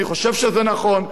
אני חושב שזה נכון,